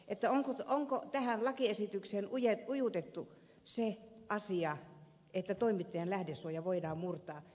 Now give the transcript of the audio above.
että otetaanko tähän lakiesitykseen ujutettu se asia että toimittajan lähdesuoja voidaan murtaa